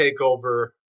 Takeover